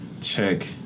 check